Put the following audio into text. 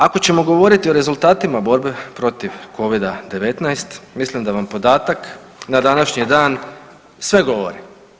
Ako ćemo govoriti o rezultatima borbe protiv covida-19 mislim da vam podatak na današnji dan sve govori.